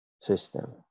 system